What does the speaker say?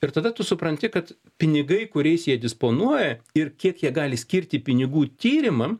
ir tada tu supranti kad pinigai kuriais jie disponuoja ir kiek jie gali skirti pinigų tyrimam